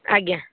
ଆଜ୍ଞା